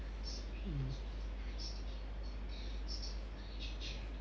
mm